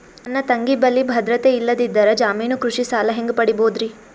ನನ್ನ ತಂಗಿ ಬಲ್ಲಿ ಭದ್ರತೆ ಇಲ್ಲದಿದ್ದರ, ಜಾಮೀನು ಕೃಷಿ ಸಾಲ ಹೆಂಗ ಪಡಿಬೋದರಿ?